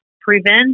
prevent